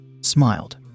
smiled